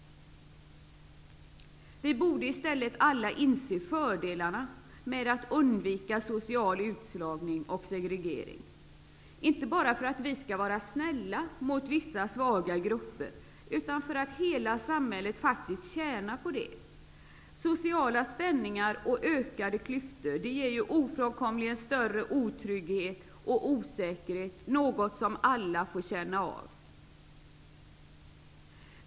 I stället borde vi alla inse fördelarna med att undvika social utslagning och segregering, inte bara för att vara snälla mot svaga grupper, utan för att hela samhället tjänar på det. Sociala spänningar och ökade klyftor ger ofrånkomligen större otrygghet och osäkerhet, vilket alla får känna av.